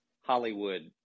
Hollywood